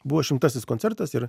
buvo šimtasis koncertas ir